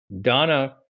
Donna